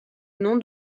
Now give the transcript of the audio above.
nom